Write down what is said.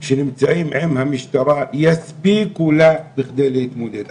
שנמצאים אצל המשטרה יספיקו לה בכדי להתמודד.